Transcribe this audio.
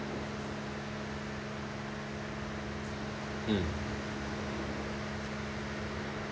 mm